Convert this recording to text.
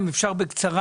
אם אפשר בקצרה,